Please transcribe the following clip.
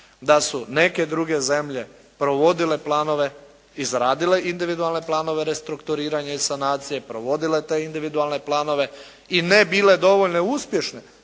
da su neke druge zemlje provodile planove, izradile individualne planove restrukturiranja i sanacije i provodile te individualne planove i ne bile dovoljno uspješne,